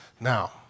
Now